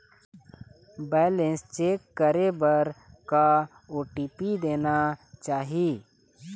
Balance check करे बर का ओ.टी.पी देना चाही?